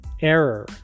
Error